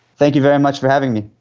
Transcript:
thank you very much for having me.